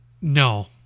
No